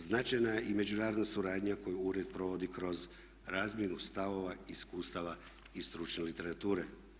Značajna je i međunarodna suradnja koju ured provodi kroz razmjenu stavova, iskustava i stručne literature.